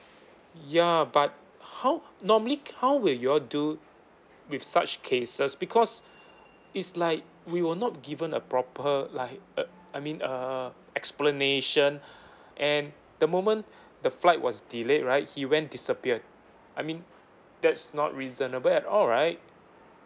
ya but how normally how will you all do with such cases because is like we were not given a proper like uh I mean uh explanation and the moment the flight was delayed right he went disappeared I mean that's not reasonable at all right